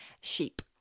Sheep